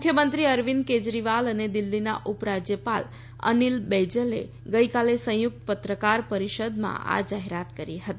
મુખ્યમંત્રી અરવિંદ કેજરીવાલ અને દિલ્હીના ઉપરાજ્યપાલ અનીલ બૈજલે ગઈકાલે સંયુક્ત પત્રકાર પરિષદમાં આ જાહેરાત કરી હતી